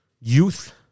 youth